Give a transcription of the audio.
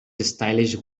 stylish